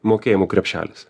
mokėjimų krepšelis